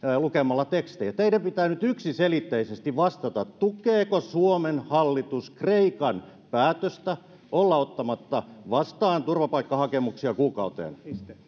lukemalla tekstejä teidän pitää nyt yksiselitteisesti vastata tukeeko suomen hallitus kreikan päätöstä olla ottamatta vastaan turvapaikkahakemuksia kuukauteen